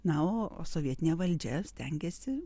na o o sovietinė valdžia stengėsi